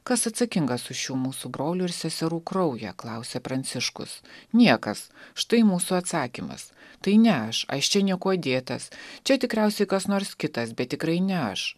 kas atsakingas už šių mūsų brolių ir seserų kraują klausia pranciškus niekas štai mūsų atsakymas tai ne aš aš čia niekuo dėtas čia tikriausiai kas nors kitas bet tikrai ne aš